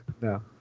No